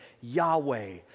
Yahweh